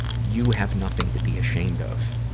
you have nothing to be ashamed of.